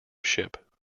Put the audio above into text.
ship